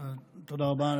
תודה רבה.